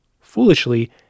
foolishly